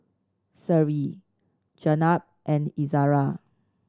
Seri Jenab and Izzara